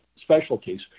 specialties